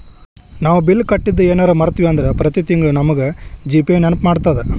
ನಾವು ಬಿಲ್ ಕಟ್ಟಿದ್ದು ಯೆನರ ಮರ್ತ್ವಿ ಅಂದ್ರ ಪ್ರತಿ ತಿಂಗ್ಳು ನಮಗ ಜಿ.ಪೇ ನೆನ್ಪ್ಮಾಡ್ತದ